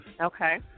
Okay